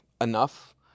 enough